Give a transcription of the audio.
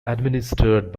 administered